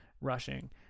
rushing